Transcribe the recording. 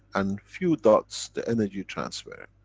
and few dots, the energy transfer.